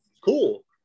cool